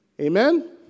Amen